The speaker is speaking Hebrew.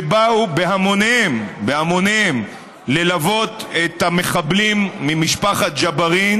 שבאו בהמוניהם ללוות את המחבלים ממשפחת ג'בארין